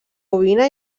ovina